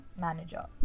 manager